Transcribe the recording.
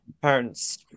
parents